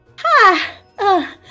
Ha